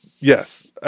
yes